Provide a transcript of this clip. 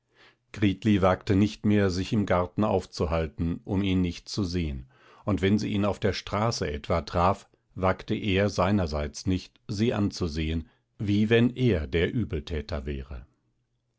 wagte nicht mehr sich im garten aufzuhalten um ihn nicht zu sehen und wenn sie ihn auf der straße etwa traf wagte er seinerseits nicht sie anzusehen wie wenn er der übeltäter wäre